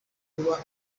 kuba